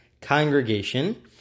congregation